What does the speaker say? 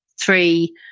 three